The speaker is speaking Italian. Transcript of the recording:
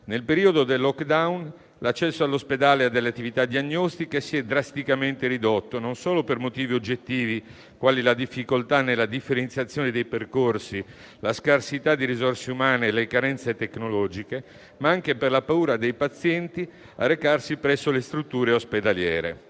Nel periodo del *lockdown* l'accesso all'ospedale e alle attività diagnostiche si è drasticamente ridotto non solo per motivi oggettivi, quali la difficoltà nella differenziazione dei percorsi, la scarsità di risorse umane e le carenze tecnologiche, ma anche per la paura dei pazienti a recarsi presso le strutture ospedaliere.